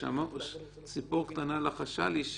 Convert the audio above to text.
ציפור קטנה לחשה לי,